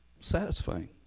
satisfying